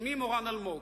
"שמי מורן אלמוג,